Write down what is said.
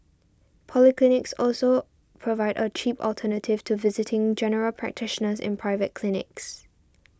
polyclinics also provide a cheap alternative to visiting General Practitioners in private clinics